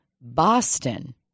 Boston